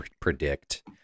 predict